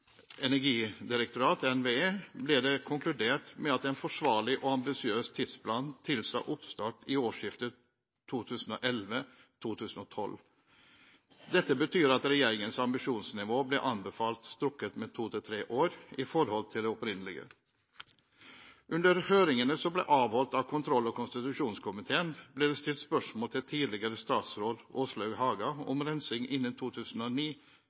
energidirektorat, NVE, ble det konkludert med at en forsvarlig og ambisiøs tidsplan tilsa oppstart i årsskiftet 2011/2012. Dette betyr at regjeringens ambisjonsnivå ble anbefalt strukket med 2–3 år i forhold til det opprinnelige. Under høringene som ble avholdt av kontroll- og konstitusjonskomiteen, ble det stilt spørsmål til tidligere statsråd Åslaug Haga om rensing innen 2009